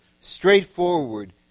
straightforward